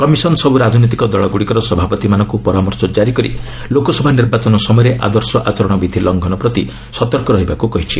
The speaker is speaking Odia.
କମିଶନ ସବୁ ରାଜନୈତିକ ଦଳଗୁଡ଼ିକର ସଭାପତିମାନଙ୍କୁ ପରାମର୍ଶ ଜାରିକରି ଲୋକସଭା ନିର୍ବାଚନ ସମୟରେ ଆଦର୍ଶ ଆଚରଣ ବିଧି ଲଂଘନ ପ୍ରତି ସତର୍କ ରହିବାକୁ କହିଛି